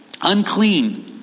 unclean